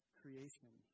creation